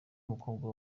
mukobwa